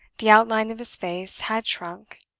the outline of his face had shrunk.